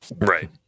Right